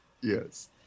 Yes